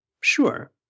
sure